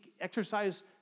exercise